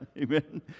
Amen